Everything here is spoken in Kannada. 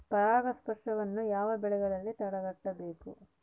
ಪರಾಗಸ್ಪರ್ಶವನ್ನು ಯಾವ ಬೆಳೆಗಳಲ್ಲಿ ತಡೆಗಟ್ಟಬೇಕು?